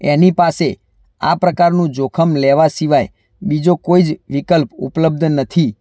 એની પાસે આ પ્રકારનું જોખમ લેવા સિવાય બીજો કોઈ જ વિકલ્પ ઉપલબ્ઘ નથી